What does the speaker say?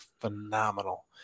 phenomenal